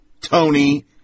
Tony